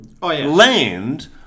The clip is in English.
land